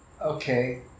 Okay